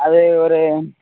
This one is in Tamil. அது ஒரு